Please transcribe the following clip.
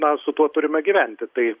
na su tuo turime gyventi tai